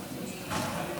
ניר.